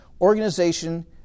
organization